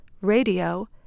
radio